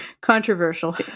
Controversial